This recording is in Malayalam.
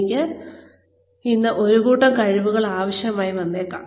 എനിക്ക് ഇന്ന് ഒരു കൂട്ടം കഴിവുകൾ ആവശ്യമായി വന്നേക്കാം